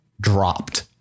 dropped